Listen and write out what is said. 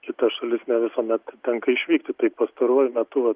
kitas šalis ne visuomet tenka išvykti taip pastaruoju metu va